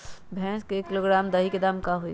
भैस के एक किलोग्राम दही के दाम का होई?